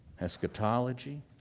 eschatology